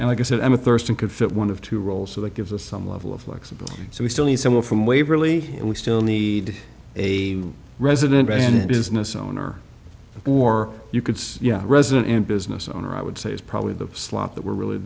and like i said i'm a thurston could fit one of two roles so that gives us some level of flexibility so we still need someone from waverley we still need a resident and business owner or you could say yeah resident in business owner i would say it's probably the slot that we're really